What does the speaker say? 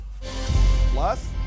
Plus